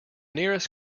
nearest